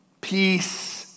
peace